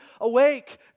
awake